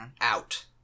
out